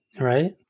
right